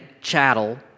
chattel